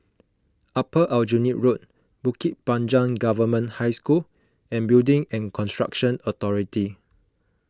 Upper Aljunied Road Bukit Panjang Government High School and Building and Construction Authority